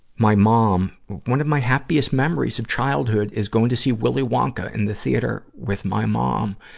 my mom. one of my happiest memories of childhood is going to see willy wonka in the theater with my mom.